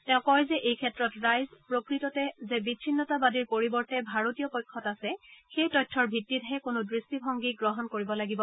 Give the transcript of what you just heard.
তেওঁ কয় যে এইক্ষেত্ৰত ৰাইজ প্ৰকৃততে যে বিছিন্নতাবাদীৰ পৰিৱৰ্তে ভাৰতীয় পক্ষত আছে সেই তথ্যৰ ভিত্তিতহে কোনো দৃষ্টিভংগী গ্ৰহণ কৰিব লাগিব